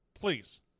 please